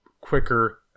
quicker